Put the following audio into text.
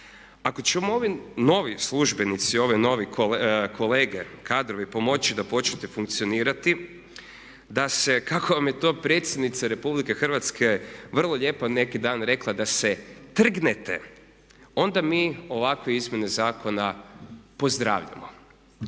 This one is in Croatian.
Ako će ovi novi službenici, ovi novi kolege, kadrovi pomoći da počnete funkcionirati, da se kako vam je to predsjednica RH vrlo lijepo neki dan rekla da se trgnete onda mi ovakve izmjene zakona pozdravljamo.